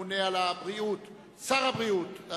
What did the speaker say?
רבותי,